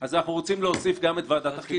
אז אנחנו רוצים להוסיף גם את ועדת החינוך.